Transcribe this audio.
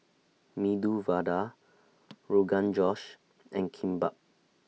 Medu Vada Rogan Josh and Kimbap